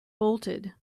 bolted